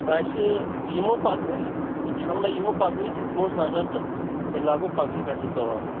اسہِ یِمو پَگہٕے اِنشاء اللّہ یِمو پَگہٕے تہٕ دِمہوس نظر تہٕ تیٚلہِ لاگوٚو پَگہٕے پیٚٹھٕے کٲم